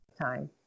time